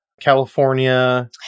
California